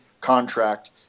contract